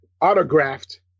autographed